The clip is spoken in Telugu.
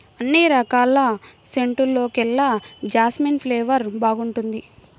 అన్ని రకాల సెంటుల్లోకెల్లా జాస్మిన్ ఫ్లేవర్ బాగుంటుంది